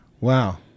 Wow